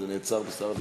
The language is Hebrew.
וזה נעצר בשר הביטחון.